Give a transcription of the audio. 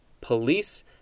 police